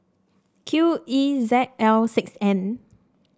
Q E Z L six N